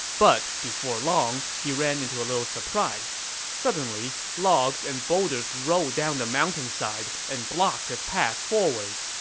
but before long, he ran into a little surprise. suddenly, logs and boulders rolled down the mountainside and blocked his path forward.